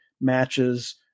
matches